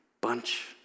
bunch